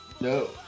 no